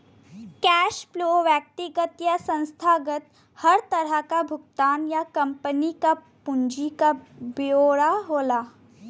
cash flow व्यक्तिगत या संस्थागत हर तरह क भुगतान या कम्पनी क पूंजी क ब्यौरा होला